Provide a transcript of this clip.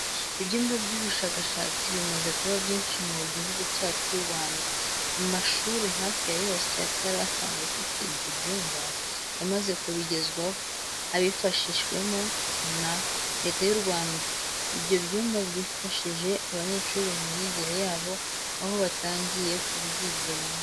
Ibyumba by'ubushakashatsi bimaze kuba byinshi mu Gihugu cyacu cy'u Rwanda, amashuri hafi ya yose atari asanzwe afite ibyo byumba yamaze kubigezwaho, abifashijwemo na Leta yacu y'u Rwanda. Ibyo byumba byafashije abanyeshuri mu myigire yabo aho batangiye kubyigiramo.